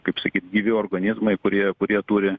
kaip sakyt gyvi organizmai kurie kurie turi